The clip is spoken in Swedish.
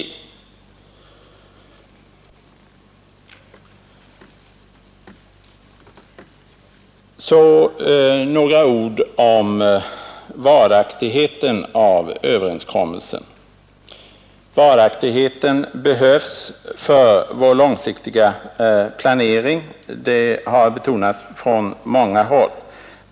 På många områden blir vi så illa tvungna att anpassa oss. Så några ord om varaktigheten av överenskommelsen. Varaktigheten behövs för vår långsiktiga planering. Det har betonats från många håll.